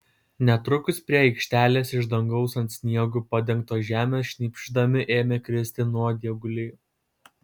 netrukus prie aikštelės iš dangaus ant sniegu padengtos žemės šnypšdami ėmė kristi nuodėguliai